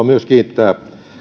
myös kiittää